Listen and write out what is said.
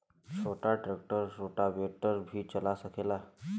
छोटा tractor rotavator भी चला सकेला?